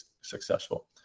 successful